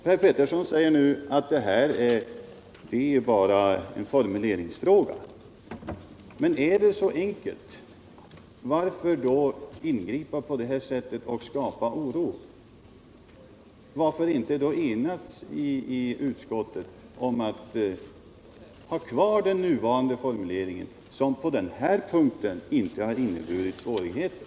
Per Petersson säger nu att det här är bara en formuleringsfråga. Men är det så enkelt? Varför då ingripa på det här sättet och skapa oro? Varför inte då enas i utskottet om att ha kvar den nuvarande formuleringen, som på den här punkten inte har inneburit svårigheter?